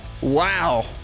Wow